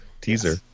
Teaser